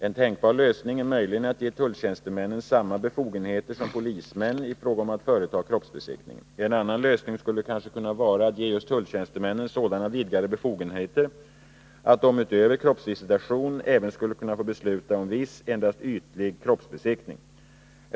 En tänkbar lösning är möjligen att ge tulltjänstemän samma befogenheter som polismän i fråga om att företa kroppsbesiktning. En annan lösning skulle kanske kunna vara att ge just tulltjänstemän sådana vidgade befogenheter att de utöver kroppsvisitation även skulle få besluta om viss endast ytlig kroppsbesiktning.